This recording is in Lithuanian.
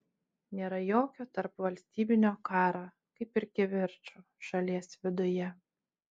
nėra jokio tarpvalstybinio karo kaip ir kivirčų šalies viduje